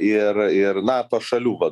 ir ir nato šalių va